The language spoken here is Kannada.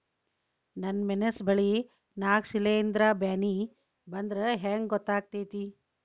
ನನ್ ಮೆಣಸ್ ಬೆಳಿ ನಾಗ ಶಿಲೇಂಧ್ರ ಬ್ಯಾನಿ ಬಂದ್ರ ಹೆಂಗ್ ಗೋತಾಗ್ತೆತಿ?